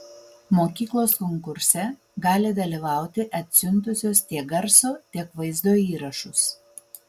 mokyklos konkurse gali dalyvauti atsiuntusios tiek garso tiek vaizdo įrašus